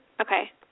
Okay